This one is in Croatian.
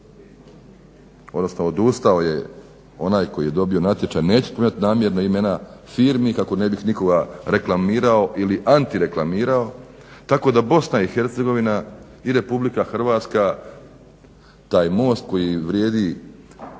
odnosno odustao je onaj koji je dobio natječaj. Neću spominjati namjerno imena firmi kako ne bih nikoga reklamirao ili antireklamirao, tako da BiH i RH taj most koji vrijedi